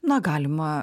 na galima